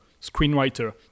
screenwriter